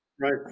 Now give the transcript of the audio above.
Right